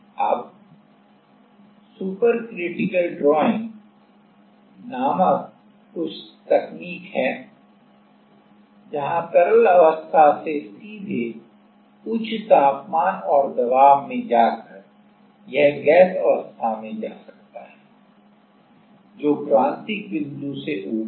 अब super critical drying नामक कुछ तकनीक है जहां तरल अवस्था से सीधे उच्च तापमान और दबाव में जाकर यह गैस अवस्था में जा सकता है जो क्रांतिक बिंदु से ऊपर